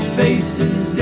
faces